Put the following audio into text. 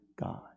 God